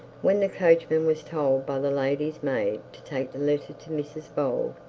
when the coachman was told by the lady's maid to take the letter to mrs bold,